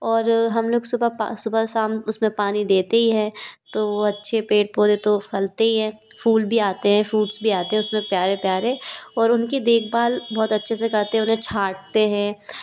और हम लोग सुबह सुबह शाम उसमें पानी देते ही हैं तो अच्छे पेड़ पोधे तो फलते ही हैं फूल भी आते हैं फ्रूट्स भी आते हैं उसमें प्यारे प्यारे और उनकी देखभाल बहुत अच्छे से करते उन्हें छांटते हैं